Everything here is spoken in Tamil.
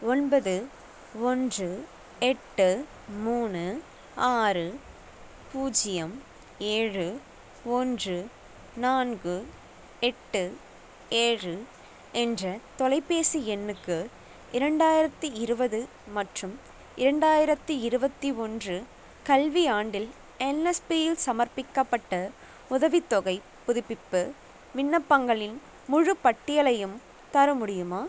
ஒன்பது ஒன்று எட்டு மூணு ஆறு பூஜ்யம் ஏழு ஒன்று நான்கு எட்டு ஏழு என்ற தொலைபேசி எண்ணுக்கு இரண்டாயிரத்தி இருபது மற்றும் இரண்டாயிரத்தி இருபத்தி ஒன்று கல்வியாண்டில் என்எஸ்பியில் சமர்ப்பிக்கப்பட்ட உதவித்தொகைப் புதுப்பிப்பு விண்ணப்பங்களின் முழுப் பட்டியலையும் தர முடியுமா